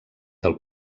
del